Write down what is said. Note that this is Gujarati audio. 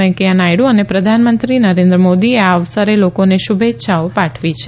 વેકૈયા નાયડુ અને પ્રધાનમંત્રી નરેન્દ્ર મોદીએ આ અવસરે લોકોને શુભેચ્છાઓ પાઠવી છે